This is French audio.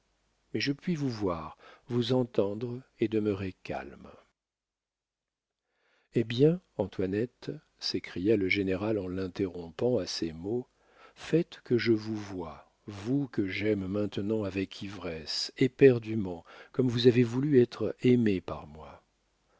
mais je puis vous voir vous entendre et demeurer calme hé bien antoinette s'écria le général en l'interrompant à ces mots faites que je vous voie vous que j'aime maintenant avec ivresse éperdument comme vous avez voulu être aimée par moi